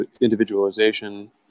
individualization